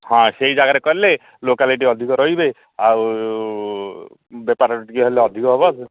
ହଁ ସେଇ ଜାଗାରେ କଲେ ଲୋକାଲିଟି ଅଧିକ ରହିବେ ଆଉ ବେପାର ଟିକିଏ ହେଲେ ଅଧିକ ହବ